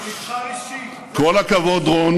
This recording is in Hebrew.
בגלל שהוא